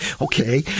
Okay